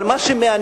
אבל מה שמעניין,